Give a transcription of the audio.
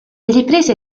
riprese